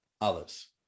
others